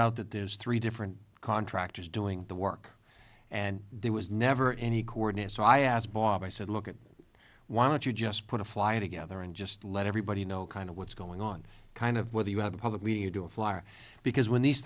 out that there's three different contractors doing the work and there was never any coordinate so i asked bob i said look at why don't you just put a flyer together and just let everybody know kind of what's going on kind of whether you have publicly you do a flyer because when these